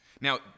Now